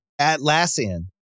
Atlassian